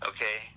Okay